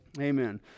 Amen